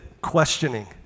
questioning